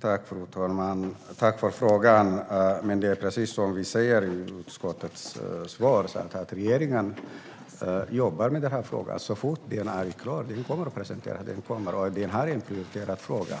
Fru talman! Jag tackar för frågan. Precis som utskottet har svarat jobbar regeringen med denna fråga. Så fort detta arbete är klart kommer förslag att presenteras. Detta är en prioriterad fråga.